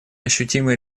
ощутимые